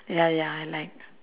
ya ya I like